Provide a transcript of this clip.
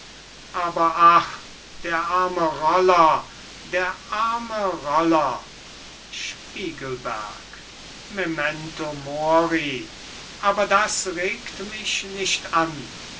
aber ach der arme roller der arme roller spiegelberg memento mori aber das regt mich nicht an